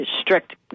strict